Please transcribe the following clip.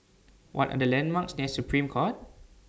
What Are The landmarks near Supreme Court